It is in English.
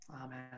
Amen